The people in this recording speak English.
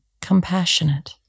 compassionate